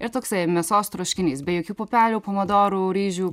ir toksai mėsos troškinys be jokių pupelių pomidorų ryžių